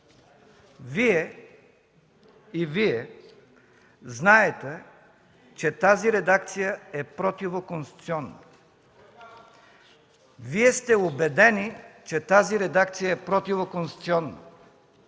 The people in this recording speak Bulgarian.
на КБ) знаете, че тази редакция е противоконституционна. Вие сте убедени, че тази редакция е противоконституционна.